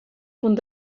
punt